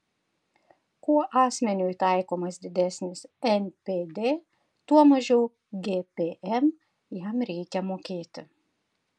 kuo asmeniui taikomas didesnis npd tuo mažiau gpm jam reikia mokėti